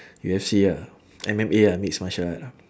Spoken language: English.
U_F_C ah M_M_A ah mix martial art lah